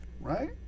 right